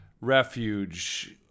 Refuge